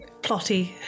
plotty